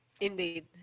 Indeed